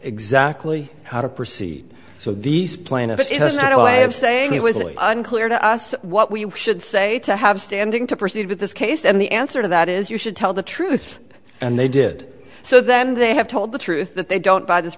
exactly how to proceed so these plaintiffs it doesn't matter what i have saying it was really unclear to us what we should say to have standing to proceed with this case and the answer to that is you should tell the truth and they did so then they have told the truth that they don't buy this